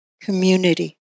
community